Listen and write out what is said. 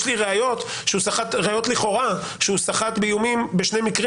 יש לי ראיות לכאורה שהוא סחט באיומים בשני מקרים